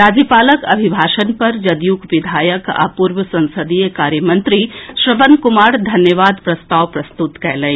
राज्यपालक अभिभाषण पर जदयूक विधायक आ पूर्व संसदीय कार्य मंत्री श्रवण कुमार धन्यवाद प्रस्ताव प्रस्तुत कएलनि